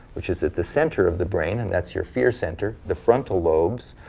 which is at the center of the brain and that's your fear center, the frontal lobes,